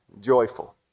joyful